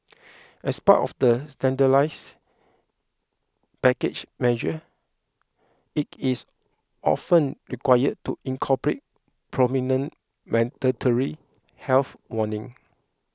as part of the standardised package measure it is often required to incorporate prominent mandatory health warning